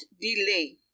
delay